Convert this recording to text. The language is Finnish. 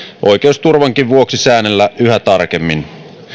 oikeusturvankin vuoksi säännellä yhä tarkemmin